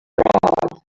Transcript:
frauds